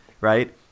right